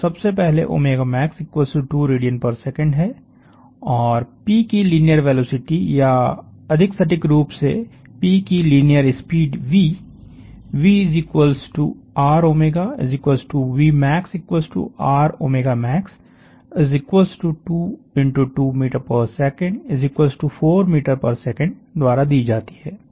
तो सबसे पहले max2 rads है और P की लीनियर वेलोसिटी या अधिक सटीक रूप से P की लीनियर स्पीड vvRvmaxRmax 2ms4ms द्वारा दी जाती है